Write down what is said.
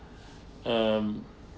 um